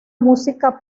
música